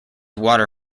water